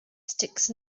sticks